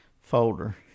folder